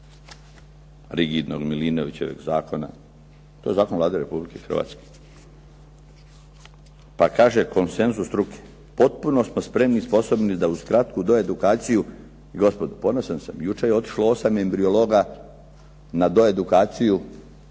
rigidnog Milinovićevog zakona. To je zakon Vlade Republike Hrvatske, pa kaže konsenzus struke. Potpuno smo spremni i sposobni da uz kratku doedukaciju, gospodo ponosan sam, jučer je otišlo embriologa na doedukaciju